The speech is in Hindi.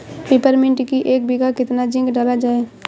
पिपरमिंट की एक बीघा कितना जिंक डाला जाए?